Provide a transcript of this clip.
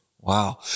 wow